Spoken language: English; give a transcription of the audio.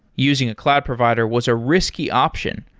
using a cloud provider was a risky option,